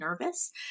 nervous